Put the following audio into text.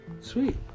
Sweet